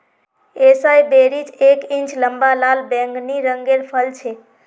एसाई berries एक inch लंबा लाल बैंगनी रंगेर फल छे